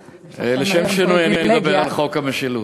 יש, לשם שינוי, אני אדבר על חוק המשילות.